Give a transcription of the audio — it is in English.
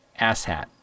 asshat